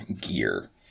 gear